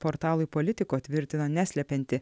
portalui politico tvirtina neslepianti